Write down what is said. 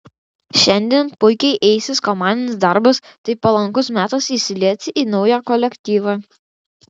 šiandien puikiai eisis komandinis darbas tai palankus metas įsilieti į naują kolektyvą